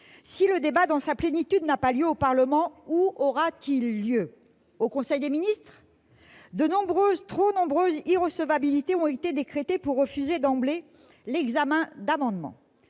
Si le débat dans sa plénitude n'a pas lieu au Parlement, où aura-t-il lieu ? Au conseil des ministres ? De nombreuses- trop nombreuses ! -irrecevabilités ont été décrétées pour refuser d'emblée l'examen d'amendements,